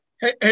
Hey